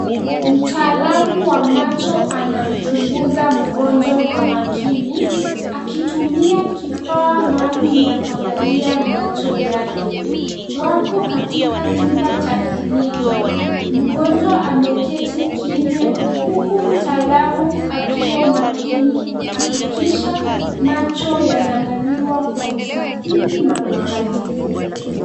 Mtaalamu wa macho anamchunguza mgonjwa kwa makini, akitumia kifaa maalum ya kuangalia macho yake. Wako katika chumba cha kliniki. Mgonjwa ameketi kimya huku mtaalamu akiwa makini kuhakikisha macho yanaangaliwa kwa usahihi na uangalifu.